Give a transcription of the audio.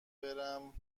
برم